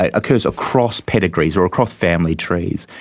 ah occurs across pedigrees or across family trees.